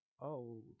old